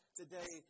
today